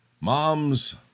Moms